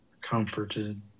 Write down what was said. comforted